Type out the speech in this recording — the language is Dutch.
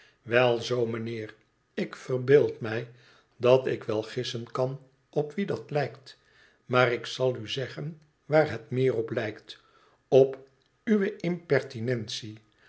wel zoo mijnheer ik verbeeld mij dat ik wel gissen kan op wie dat lijkt maar ik zal u zeggen waar het meer op lijk t op uwe